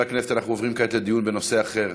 חברי הכנסת, אנחנו עוברים כעת לדיון בנושא אחר,